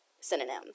synonyms